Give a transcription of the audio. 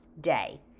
day